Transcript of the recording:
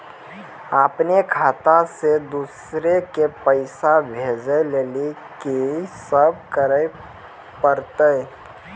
अपनो खाता से दूसरा के पैसा भेजै लेली की सब करे परतै?